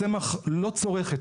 הצמח לא צורך את